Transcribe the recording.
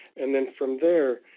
and then from there,